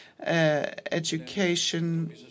Education